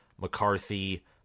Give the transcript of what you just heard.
McCarthy